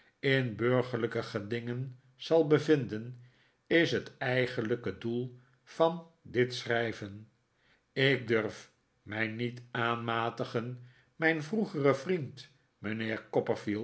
in burgerlijke gedingen zal bevinden is het eigenlijke doel van dit schrijven ik durf mij niet aanmatigen mijn vroegeren vriend mijnheer